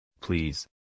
Please